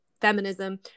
feminism